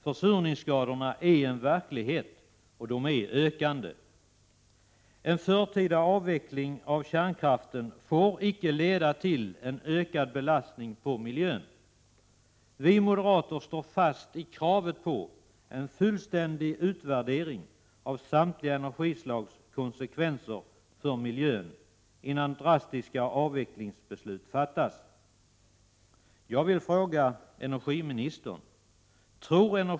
Försurningsskadorna är en verklighet och de är i ökande. En förtida avveckling av kärnkraften får icke leda till ökad belastning på miljön. Vi moderater står fast vid kravet på en fullständig utvärdering av samtliga energislags konsekvenser för miljön innan drastiska avvecklingsbeslut fattas.